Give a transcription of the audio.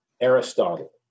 Aristotle